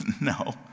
No